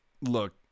look